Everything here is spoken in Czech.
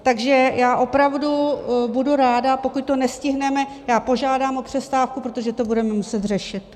Takže já opravdu budu ráda pokud to nestihneme, já požádám o přestávku, protože to budeme muset řešit.